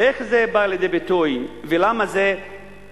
איך זה בא לידי ביטוי ולמה זה ככה,